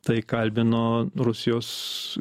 tai kalbino rusijos